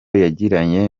yagiranye